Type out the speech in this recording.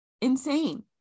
Insane